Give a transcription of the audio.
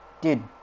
Dude